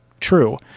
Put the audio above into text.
true